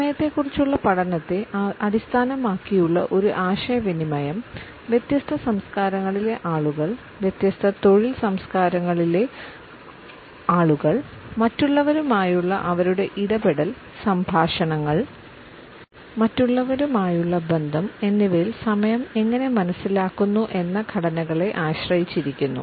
സമയത്തെക്കുറിച്ചുള്ള പഠനത്തെ അടിസ്ഥാനമാക്കിയുള്ള ഒരു ആശയവിനിമയം വ്യത്യസ്ത സംസ്കാരങ്ങളിലെ ആളുകൾ വ്യത്യസ്ത തൊഴിൽ സംസ്കാരങ്ങളിലെ ആളുകൾ മറ്റുള്ളവരുമായുള്ള അവരുടെ ഇടപെടൽ സംഭാഷണങ്ങൾ മറ്റുള്ളവരുമായുള്ള ബന്ധം എന്നിവയിൽ സമയം എങ്ങനെ മനസ്സിലാക്കുന്നു എന്ന ഘടനകളെ ആശ്രയിച്ചിരിക്കുന്നു